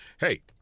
hey